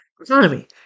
economy